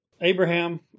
Abraham